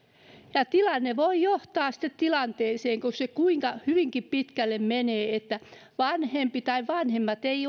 tämä tilanne voi johtaa sitten tilanteeseen kun se hyvinkin pitkälle menee että vanhempi tai vanhemmat eivät